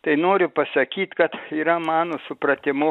tai noriu pasakyt kad yra mano supratimu